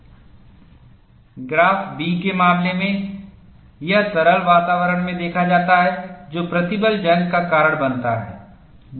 graph b के मामले में यह तरल वातावरण में देखा जाता है जो प्रतिबल जंग का कारण बनता है